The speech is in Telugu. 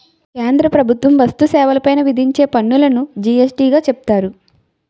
కేంద్ర ప్రభుత్వం వస్తు సేవల పైన విధించే పన్నులును జి యస్ టీ గా చెబుతారు